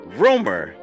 rumor